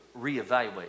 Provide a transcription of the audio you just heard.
reevaluate